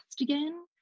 again